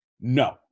No